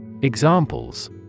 Examples